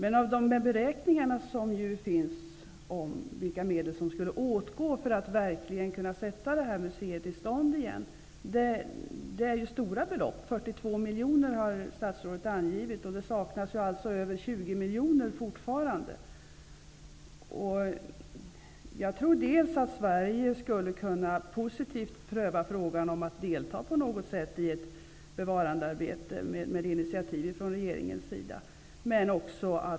I de beräkningar som finns om vilka medel som skulle åtgå för att verkligen få museet i stånd igen anges stora belopp. 42 miljoner dollar har statsrådet angivit. Det saknas alltså fortfarande över 20 miljoner. Jag tror att Sverige positivt skulle kunna pröva frågan om att på något sätt delta i ett bevarandearbete med initiativ från regeringens sida.